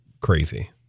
crazy